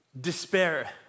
despair